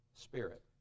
spirit